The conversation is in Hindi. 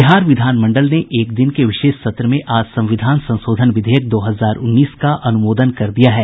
बिहार विधानमंडल ने एक दिन के विशेष सत्र में आज संविधान संशोधन विधेयक दो हजार उन्नीस का अनुमोदन कर दिया है